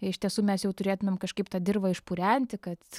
iš tiesų mes jau turėtumėm kažkaip tą dirvą išpurenti kad